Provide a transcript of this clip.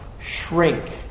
Shrink